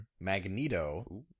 Magneto